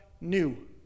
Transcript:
new